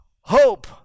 hope